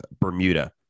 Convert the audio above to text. Bermuda